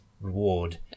reward